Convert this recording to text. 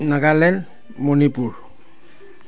Nagaland Manipur